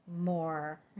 more